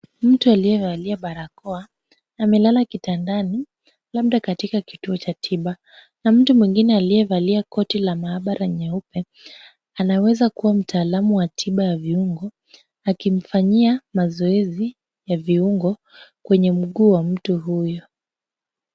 Mtu aliyevalia barakoa amelala kitandani labda katika kituo cha tiba na mtu mwingine aliyevalia koti la maabara nyeupe, anaweza kuwa mtaalamu wa tiba ya viungo, akimfanyia mazoezi ya viungo kwenye mguu wa mtu huyo.